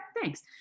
thanks